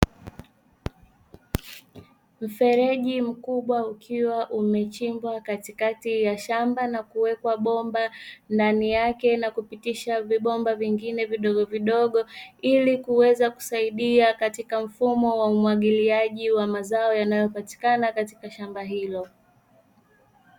Mfereji mkubwa, ukiwa umechimbwa katikati ya shamba na kuwekwa bomba ndani yake na kupitisha vibomba vingine vidogovidogo, ili kuweza kusaidia katika mfumo wa umwagiliaji wa mazao yanayopatikana katika shamba hilo.